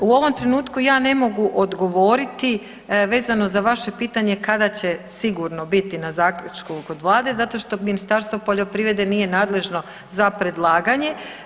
U ovom trenutku ja ne mogu odgovoriti vezano za vaše pitanje kada će sigurno biti na zaključku kod Vlade, zato što Ministarstvo poljoprivrede nije nadležno za predlaganje.